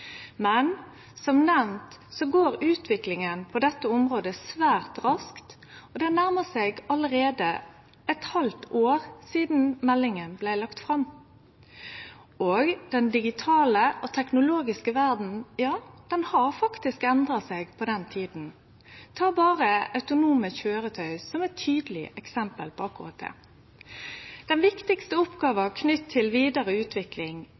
men som nemnt går utviklinga på dette området svært raskt, og det nærmar seg allereie eit halvt år sidan meldinga blei lagd fram, og den digitale og teknologiske verda, ja ho har faktisk endra seg på den tida. Ta berre autonome køyretøy, som er eit tydeleg eksempel på akkurat det. Den viktigaste oppgåva knytt til vidare utvikling